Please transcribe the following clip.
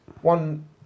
one